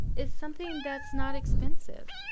it's something that's not expensive.